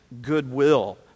goodwill